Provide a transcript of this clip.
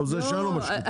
או זה שאין לו משחטה,